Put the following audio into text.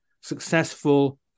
successful